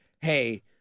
hey